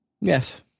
Yes